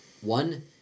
One